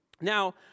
Now